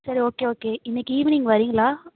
சரி okay okay இன்னைக்கு evening வரீங்களா